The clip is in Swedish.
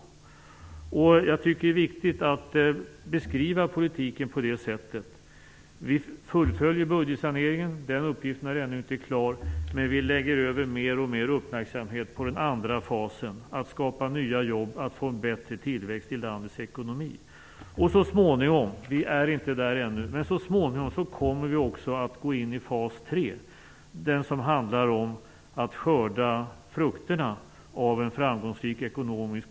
Jag tycker att det är viktigt att beskriva politiken på det sättet. Vi fullföljer budgetsaneringen. Den uppgiften är vi ännu inte klara med, men vi lägger mer och mer uppmärksamhet på den andra fasen - på att skapa nya jobb och på att få en bättre tillväxt i landets ekonomi. Så småningom kommer vi också - vi är inte där ännu - att gå in i fas tre, den som handlar om att skörda frukterna av en framgångsrik politik.